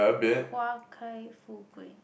花开富贵